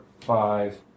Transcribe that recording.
five